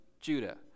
Judah